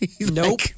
Nope